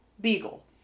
Beagle